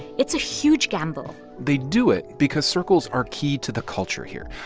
it's a huge gamble they do it because circles are key to the culture here,